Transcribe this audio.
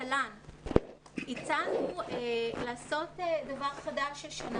תל"ן הצענו לעשות דבר חדש השנה